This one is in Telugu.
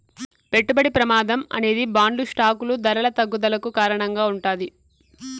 పెట్టుబడి ప్రమాదం అనేది బాండ్లు స్టాకులు ధరల తగ్గుదలకు కారణంగా ఉంటాది